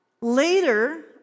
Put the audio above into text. Later